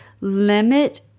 limit